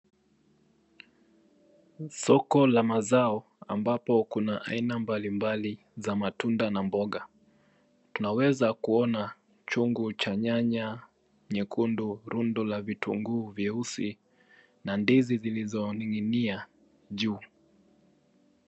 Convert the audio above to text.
Soko la mazao ambapo kuna aina mbalimbali za matunda na mboga. Tunaweza kuona chungu cha nyanya nyekundu, rundo la vitunguu vyeusi na ndizi zilizoning'inia juu.